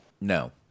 No